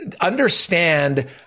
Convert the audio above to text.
understand